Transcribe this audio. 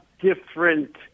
different